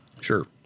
Sure